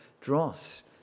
dross